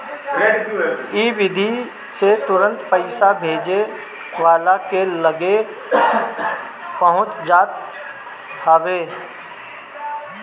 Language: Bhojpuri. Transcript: इ विधि से तुरंते पईसा भेजे वाला के लगे पहुंच जात हवे